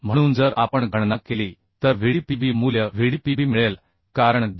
म्हणून जर आपण गणना केली तर Vdpb मूल्य Vdpb मिळेल कारण 2